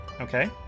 Okay